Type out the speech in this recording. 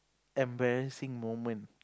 embarrassing moment